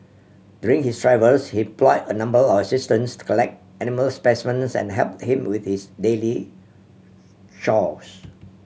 during his travels he employ a number of assistants to collect animal specimens and help him with his daily chores